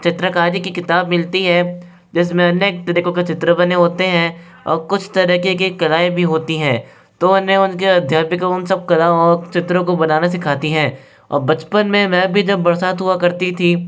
चित्रकारी की किताब मिलती है जिस में अनेक तरीक़ों के चित्र बने होते हैं और कुछ तरीक़े के कलाएँ भी होती हैं तो उन्हें उनके अध्यापिका उन सब कला और चित्रों को बनाना सिखाती हैं और बचपन में मैं भी जब बरसात हुआ करती थी